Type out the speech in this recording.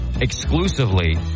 exclusively